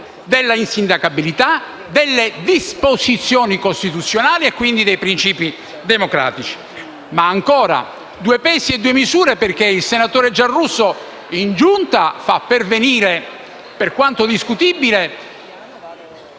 dell'insindacabilità, delle disposizioni costituzionali e, quindi, dei principi democratici. Ma, ancora, due pesi e due misure sono usati perché il senatore Giarrusso, in Giunta, fa pervenire, per quanto discutibile